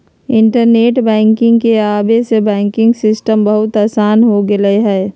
internet banking के आवे से बैंकिंग सिस्टम बहुत आसान हो गेलई ह